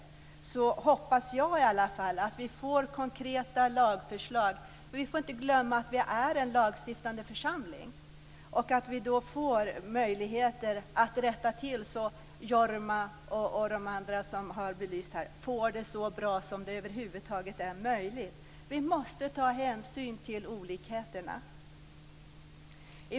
Därför hoppas jag att vi får konkreta lagförslag - vi får inte glömma att vi är en lagstiftande församling - och har möjligheter att se till att Jorma och de andra som har belysts här får det så bra som det över huvud taget är möjligt. Vi måste ta hänsyn till olikheterna.